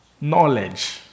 knowledge